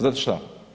Znate šta?